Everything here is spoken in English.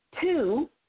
Two